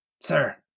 sir